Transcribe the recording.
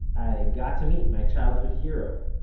i got to meet my childhood hero.